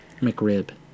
McRib